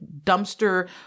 dumpster